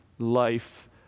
life